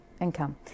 income